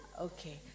Okay